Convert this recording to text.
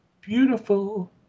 beautiful